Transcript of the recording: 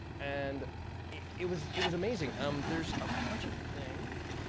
and it was it was amazing. um there's a bunch of things.